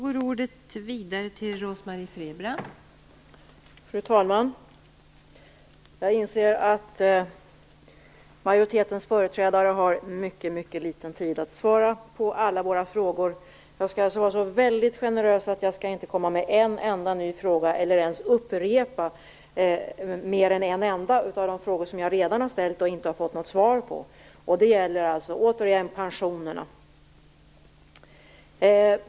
Fru talman! Jag inser att majoritetens företrädare har mycket liten tid att svara på alla våra frågor. Jag skall vara så generös att jag inte kommer med en enda ny fråga eller ens upprepar mer än en av de frågor som jag redan ställt och inte fått något svar på. Det gäller pensionerna.